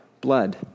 blood